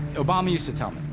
obama used to tell me,